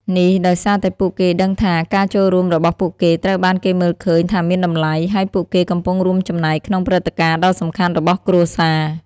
នេះដោយសារតែពួកគេដឹងថា ការចូលរួមរបស់ពួកគេត្រូវបានគេមើលឃើញថាមានតម្លៃ ហើយពួកគេកំពុងរួមចំណែកក្នុងព្រឹត្តិការណ៍ដ៏សំខាន់របស់គ្រួសារ។